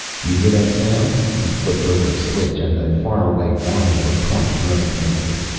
you hear that sound? he flipped over a switch and the faraway whine of a pump droned faintly.